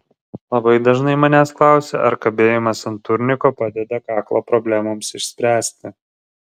labai dažnai manęs klausia ar kabėjimas ant turniko padeda kaklo problemoms išspręsti